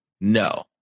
No